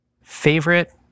Favorite